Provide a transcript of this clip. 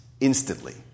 instantly